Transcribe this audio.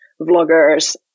vloggers